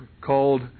called